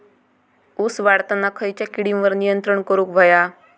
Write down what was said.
ऊस वाढताना खयच्या किडींवर नियंत्रण करुक व्हया?